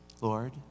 Lord